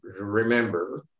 remember